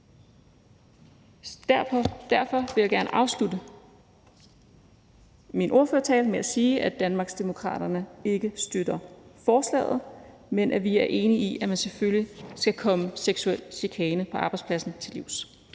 Derfor vil jeg gerne afslutte min ordførertale med at sige, at Danmarksdemokraterne ikke støtter forslaget, men at vi er enige i, at man selvfølgelig skal komme seksuel chikane på arbejdspladsen til livs.